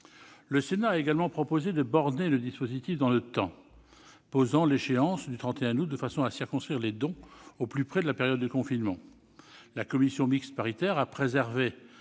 Le Sénat a également proposé de borner le dispositif dans le temps, posant l'échéance du 31 août de façon à circonscrire les dons au plus près de la période de confinement. La commission mixte paritaire a préservé